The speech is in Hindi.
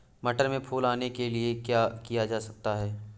मटर में फूल आने के लिए क्या किया जा सकता है?